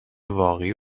واقعی